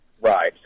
Right